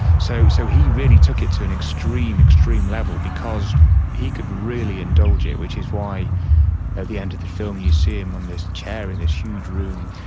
so so he really took it to an extreme, extreme level because he could really indulge it, which is why at the end of the film you see him on this chair in this huge room,